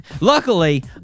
Luckily